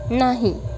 नाही